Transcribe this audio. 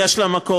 יש לה מקום.